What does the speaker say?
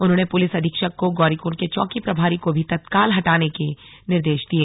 उन्होंने पुलिस अधीक्षक को गौरीकुंड के चौकी प्रभारी को भी तत्काल हटाने के निर्देश दिये